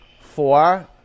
Four